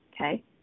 okay